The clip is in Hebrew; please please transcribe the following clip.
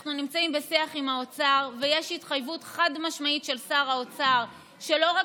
אנחנו נמצאים בשיח עם האוצר ויש התחייבות חד-משמעית של שר האוצר שלא רק